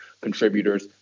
contributors